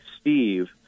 Steve